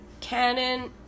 Canon